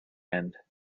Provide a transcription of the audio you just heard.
end